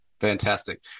Fantastic